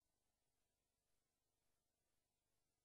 בהקשר